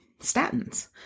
Statins